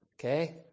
Okay